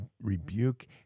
rebuke